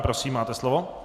Prosím, máte slovo.